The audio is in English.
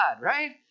right